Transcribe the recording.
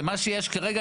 שמה שיש כרגע,